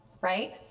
right